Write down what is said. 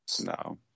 No